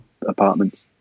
apartment